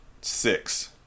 Six